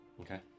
Okay